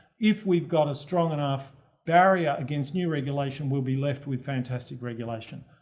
if we've got a strong enough barrier against new regulation we'll be left with fantastic regulation.